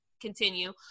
continue